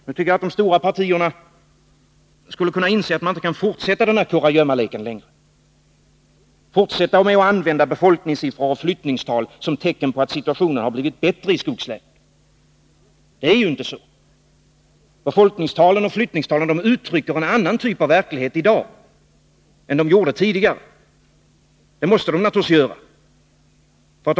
Nu tycker jag att de stora partierna skulle kunna inse att man inte kan fortsätta den här kurragömmaleken längre — fortsätta med att använda befolkningssiffror och flyttningstal som tecken på att situationen har blivit bättre i skogslänen. Det är ju inte så. Befolkningstalen och flyttningstalen uttrycker en annan typ av verklighet i dag än de gjorde tidigare. Det måste de naturligtvis göra.